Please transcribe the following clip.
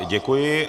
Děkuji.